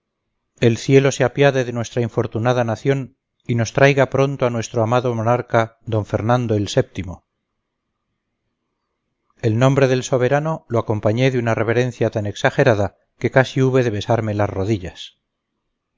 el cielo se apiade de nuestra infortunada nación y nos traiga pronto a nuestro amado monarca d fernando el vii el nombre del soberano lo acompañé de una reverencia tan exagerada que casi hube de besarme las rodillas